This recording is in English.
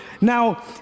Now